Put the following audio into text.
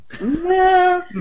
No